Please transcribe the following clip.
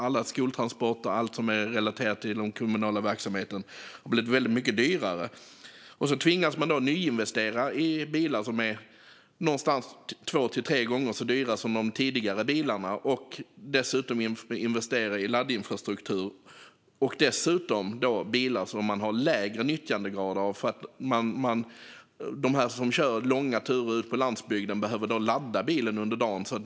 Alla skoltransporter och allt som är relaterat till den kommunala verksamheten har blivit väldigt mycket dyrare. Men kommunerna tvingas då nyinvestera i bilar som är ungefär två tre gånger så dyra som de tidigare bilarna, och dessutom tvingas de investera i laddinfrastruktur. Elbilar har lägre nyttjandegrad eftersom de som kör långa turer på landsbygden behöver ladda bilen under dagen.